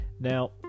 now